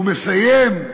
הוא מסיים: